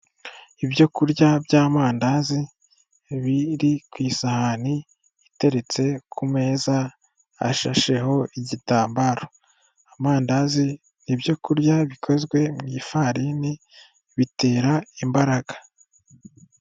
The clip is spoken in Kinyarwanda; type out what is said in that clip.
Ibyo kurya by'amandazi, biri ku isahani iteretse ku meza ashasheho igitambaro. Amandazi ni ibyo kurya bikozwe mu ifarini, bitera imbaraga.